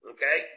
Okay